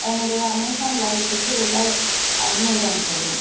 என்னுடைய அமேஸான் வாலெட்டுக்கு ரூபாய் அறநூறு அனுப்பவும்